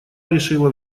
решила